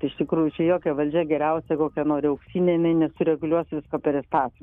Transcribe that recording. tai iš tikrųjų čia jokia valdžia geriausia kokia nori auksinė jinai nesureguliuos visko per įstatymą